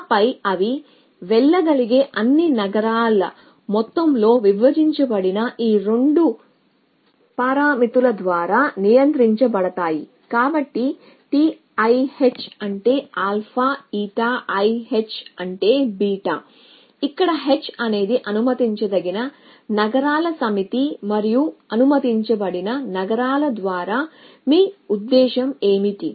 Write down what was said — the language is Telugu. ఆపై అవి వెళ్ళగలిగే అన్ని నగరాల మొత్తంతో విభజించబడిన ఈ 2 పారామితుల ద్వారా నియంత్రించబడతాయి కాబట్టి T i h అంటే αa T i h అంటే β ఇక్కడ h అనేది అనుమతించదగిన నగరాల సమితి మరియు అనుమతించబడిన నగరాల ద్వారా మీ ఉద్దేశ్యం ఏమిటి